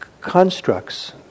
constructs